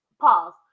pause